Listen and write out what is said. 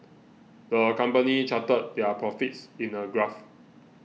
the company charted their profits in a graph